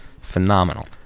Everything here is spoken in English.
phenomenal